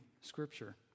scripture